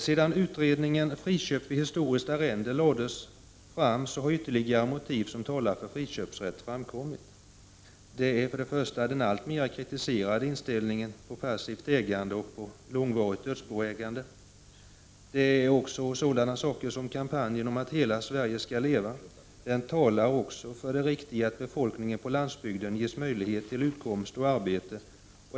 Sedan utredningen Friköp vid historiskt arrende lades fram har ytterligare motiv som talar för friköpsrätt framkommit. Först kan nämnas den alltmera kritiserade inställningen till passivt ägande och långvarigt dödsboägande. Även kampanjen ”Hela Sverige skall leva” talar för det riktiga i att befolkningen på landsbygden ges möjlighet till utkomst och arbete.